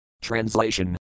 Translation